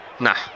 Nah